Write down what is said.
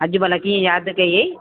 अॼु भला कीअं यादि कई